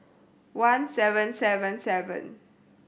one seven seven seven